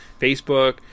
Facebook